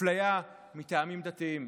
אפליה מטעמים דתיים.